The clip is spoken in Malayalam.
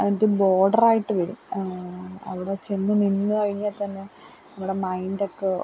അതിന്റെ ബോര്ഡറായിട്ട് വരും അവിടെ ചെന്ന് നിന്ന് കഴിഞ്ഞാല് തന്നെ നമ്മുടെ മൈൻറ്റൊക്കെ